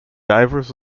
divers